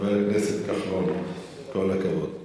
חבר הכנסת כחלון, כל הכבוד.